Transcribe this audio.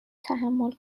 تحمل